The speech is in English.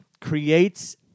creates